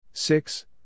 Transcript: Six